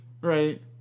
right